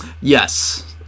Yes